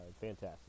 fantastic